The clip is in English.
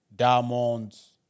diamonds